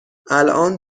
الان